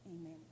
Amen